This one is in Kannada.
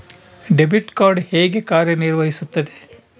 ಡೆಬಿಟ್ ಕಾರ್ಡ್ ಹೇಗೆ ಕಾರ್ಯನಿರ್ವಹಿಸುತ್ತದೆ?